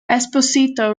esposito